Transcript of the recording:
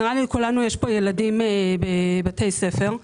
נראה לי שלכולנו יש ילדים בבתי ספר.